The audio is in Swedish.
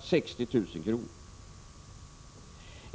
sparat 60 000 kr.